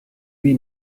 lui